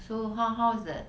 so how how is that